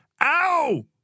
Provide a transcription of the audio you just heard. Ow